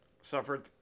suffered